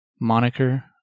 moniker